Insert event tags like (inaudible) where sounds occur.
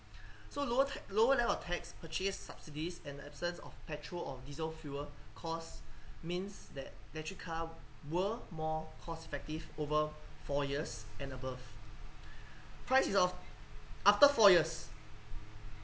(breath) so lower ta~ lower level of tax purchase subsidies and the absence of petrol or diesel fuel costs means that electric car were more cost effective over four years and above price is of after four years